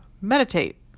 meditate